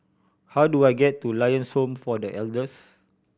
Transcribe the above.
how do I get to Lions Home for The Elders